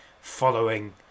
following